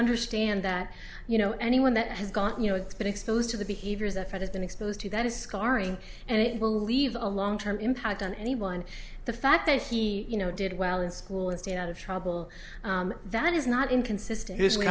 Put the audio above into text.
understand that you know anyone that has gotten you know it's been exposed to the behaviors that for there's been exposed to that is scarring and it will leave a long term impact on anyone the fact that he you know did well in school and stay out of trouble that is not inconsistent